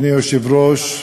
אדוני היושב-ראש,